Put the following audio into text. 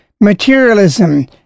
Materialism